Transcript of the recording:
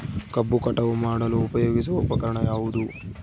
ಕಬ್ಬು ಕಟಾವು ಮಾಡಲು ಉಪಯೋಗಿಸುವ ಉಪಕರಣ ಯಾವುದು?